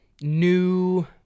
new